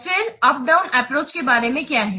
फिर उप down approach के बारे में क्या है